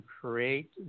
create